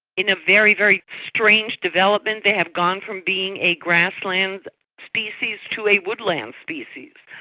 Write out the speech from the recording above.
in a very, very strange development, they have gone from being a grassland species to a woodland species,